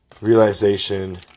realization